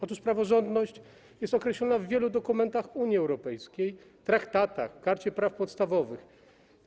Otóż praworządność jest określona w wielu dokumentach Unii Europejskiej, traktatach, Karcie Praw Podstawowych UE.